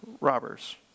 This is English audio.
robbers